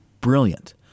brilliant